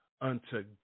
unto